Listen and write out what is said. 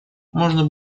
можно